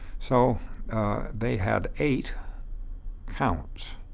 so they had eight counts,